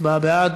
הצבעה בעד,